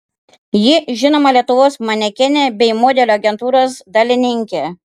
ji žinoma lietuvos manekenė bei modelių agentūros dalininkė